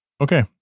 Okay